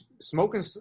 smoking